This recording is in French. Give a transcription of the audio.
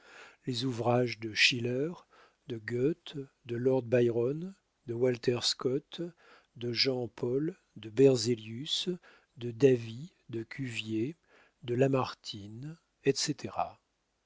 les ouvrages de schiller de gœthe de lord byron de walter scott de jean paul de berzélius de davy de cuvier de lamartine etc